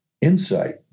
insight